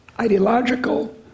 ideological